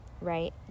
right